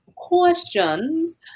questions